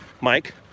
Mike